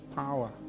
power